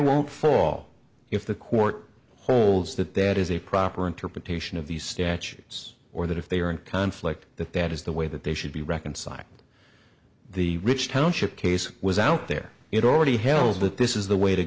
won't fall if the court holds that that is a proper interpretation of these statutes or that if they are in conflict that that is the way that they should be reconciled the rich township case was out there it already held that this is the way to